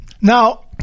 Now